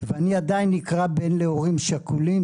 ואני עדיין נקרא בן להורים שכולים.